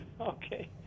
Okay